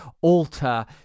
alter